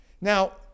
now